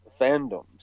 fandoms